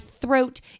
throat